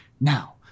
Now